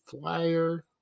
flyer